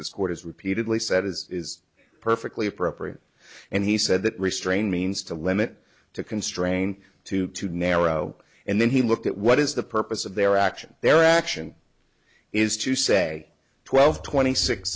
has repeatedly said is perfectly appropriate and he said that restrain means to limit to constrain to too narrow and then he looked at what is the purpose of their action their action is to say twelve twenty six